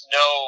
no